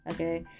Okay